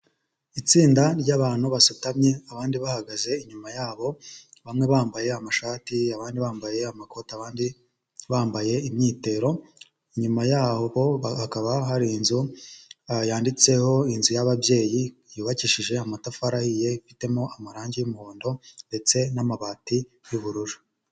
Itsinda ry'abantu basutamye abandi bahagaze inyuma yabo, bamwe bambaye amashati, abandi bambaye amakoti, abandi bambaye imyitero, inyuma yaho hakaba hari inzu yanditseho "inzu y'ababyeyi", yubakishije amatafari ahiye, ifitemo amarangi y'umuhondo, ndetse n'amabati y'ubururu.